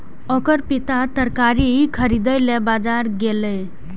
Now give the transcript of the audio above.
ओकर पिता तरकारी खरीदै लेल बाजार गेलैए